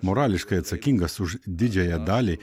morališkai atsakingas už didžiąją dalį